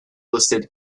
listed